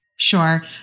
Sure